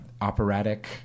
operatic